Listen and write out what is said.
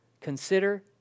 Consider